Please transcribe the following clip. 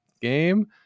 game